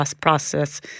process